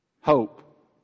Hope